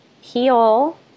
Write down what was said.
heal